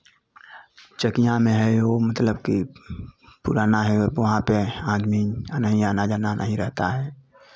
चकियां में है वो मतलब कि पुराना है वहाँ पर आदमी नहीं आना जाना नहीं रहता है